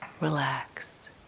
Relax